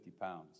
pounds